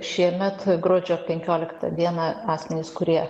šiemet gruodžio penkioliktą dieną asmenys kurie